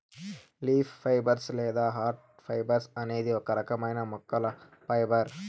leaf fibres లేదా hard fibres అనేది ఒక రకమైన మొక్కల ఫైబర్